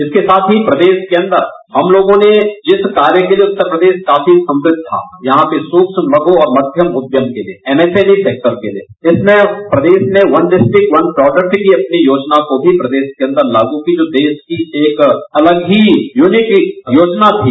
इसके साथ ही प्रदेश के अंदर हम लोगों ने जिस कार्य के लिये उत्तर प्रदेश काफी सम्वृद्ध था यहां पर सूक्म लघु और मध्यम उद्यम के लिये एमएसएमआई सेक्टर के लिये इसमें प्रदेश में वन डिस्टिक वन प्रोडक्ट की अपनी योजना को भी प्रदेश के अन्दर लागू की जो देश की एक अलग ही यूनिक योजना थी